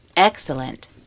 Excellent